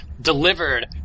delivered